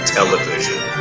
television